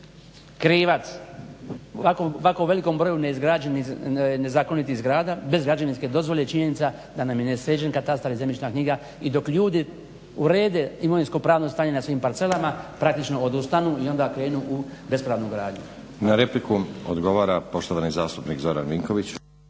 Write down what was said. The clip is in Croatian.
krivac, ovako velikom broju neizgrađenih, nezakonitih zgrada bez građevinske dozvole činjenica da nam je nesređen katastar i zemljišna knjiga i dok ljudi urede imovinsko pravno stanje na svim parcelama praktički odustanu i onda krenu u bespravnu gradnju. **Stazić, Nenad (SDP)** Na repliku odgovara poštovani zastupnik Zoran Vinković.